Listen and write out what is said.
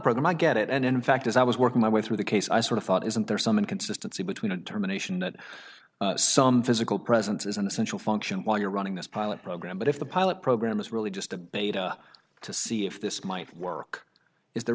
program i get it and in fact as i was working my way through the case i sort of thought isn't there some inconsistency between a determination that some physical presence is an essential function while you're running this pilot program but if the pilot program is really debate to see if this might work is the